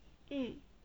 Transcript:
mm